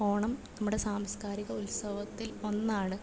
ഓണം നമ്മുടെ സാംസ്കാരിക ഉത്സവത്തിൽ ഒന്നാണ്